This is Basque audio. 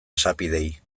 esapideei